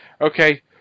Okay